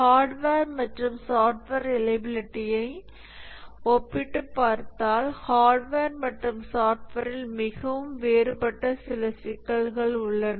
hardware மற்றும் software ரிலையபிலிடியை ஒப்பிட்டுப் பார்த்தால் ஹார்ட்வேர் மற்றும் சாஃப்ட்வேரில் மிகவும் வேறுபட்ட சில சிக்கல்கள் உள்ளன